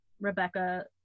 Rebecca